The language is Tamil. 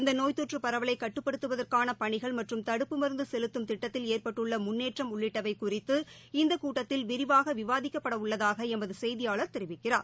இந்த நோய்த் தொற்றுப் பரவலை கட்டுப்படுத்துவதற்கான பணிகள் மற்றும் தடுப்பு மருந்து செலுத்தும் திட்டத்தில் ஏற்பட்டுள்ள முன்னேற்றம் உள்ளிட்டவை குறித்து இந்தக் கூட்டத்தில் விரிவாக விவாதிக்கப்படவுள்ளதாக எமது செய்தியாளர் தெரிவிக்கிறார்